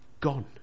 gone